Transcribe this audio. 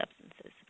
substances